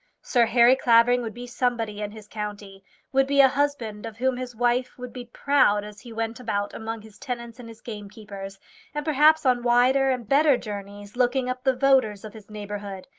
sir harry clavering would be somebody in his county would be a husband of whom his wife would be proud as he went about among his tenants and his gamekeepers and perhaps on wider and better journeys, looking up the voters of his neighbourhood.